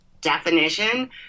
definition